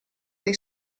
dei